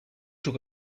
took